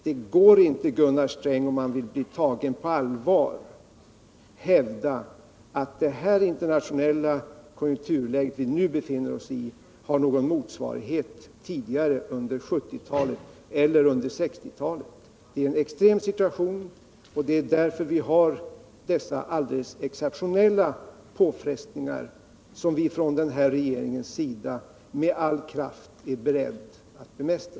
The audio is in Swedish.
Det går inte, Gunnar Sträng, om man vill bli tagen på allvar, att hävda att det internationella konjunkturläge vi nu befinner oss i har någon motsvarighet tidigare under 1970-talet eller under 1960-talet. Det är en extrem situation, och det är därför vi har dessa alldeles exceptionella påfrestningar som vi från den här regeringens sida med all kraft är beredda att bemästra.